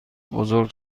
بزرگ